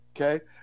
Okay